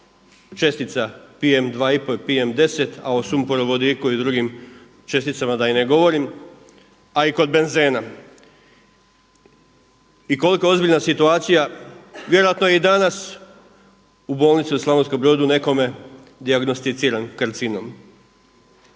čestica PM 2,5 i PM 10, a o sumoporovodiku i drugim česticama da i ne govorim, a i kod benzena. I koliko ozbiljna situacija, vjerojatno je i danas u Bolnici u Slavonskom Brodu nekome dijagnosticiran karcinom.